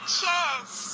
Chess